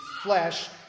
flesh